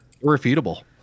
irrefutable